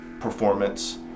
performance